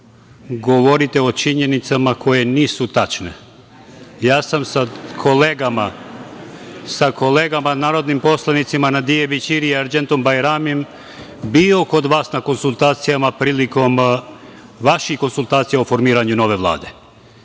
govorite o činjenicama koje nisu tačne. Ja sam sa kolegama narodnim poslanicima Nadije Bećiri i Arđendom Bajramijem bio kod vas na konsultacijama prilikom vaših konsultacija o formiranju nove Vlade